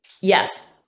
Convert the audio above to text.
Yes